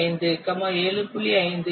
5 7